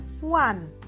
One